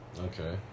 Okay